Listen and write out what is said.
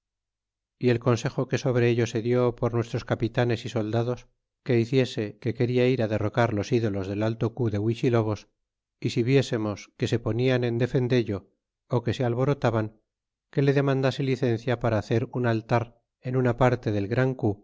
y el consejo que sobre ello se die por nuestros capitanes é soldados que hiciese que quena ir á derrocar los ídolos del alto cu de huichilobos y si viésemos que se ponían en defendello ó que se alborotaban qop le demandase licencia nara hacer mi altar en una parte del gran